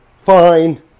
fine